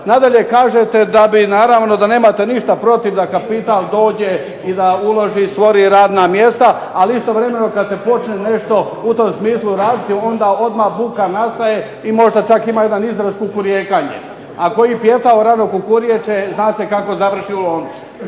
Nadalje, kažete da bi naravno da nemate ništa protiv da kapital dođe i da uloži, stvori radna mjesta, ali istovremeno kad se počne nešto u tom smislu raditi, onda odmah buka nastaje i možda čak ima jedan izraz kukurijekanje, a koji pijetao rano kukuriječe zna se kako završi, u loncu.